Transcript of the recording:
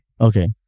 Okay